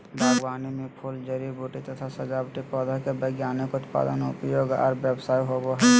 बागवानी मे फूल, जड़ी बूटी तथा सजावटी पौधा के वैज्ञानिक उत्पादन, उपयोग आर व्यवसाय होवई हई